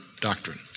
doctrine